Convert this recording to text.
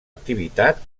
activitat